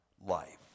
life